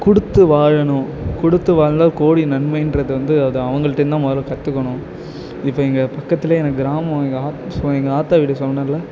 கொடுத்து வாழணும் கொடுத்து வாழ்ந்தால் கோடி நன்மைன்றது வந்து அது அவங்கள்டேந்து தான் முதல்ல கற்றுக்கணும் இப்போ இங்கே பக்கத்தில் எங்கள் கிராமம் எங்கள் ஆச் எங்கள் ஆத்தா வீடு சொன்னேன்ல